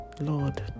Lord